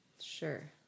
Sure